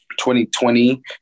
2020